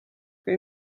kui